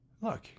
look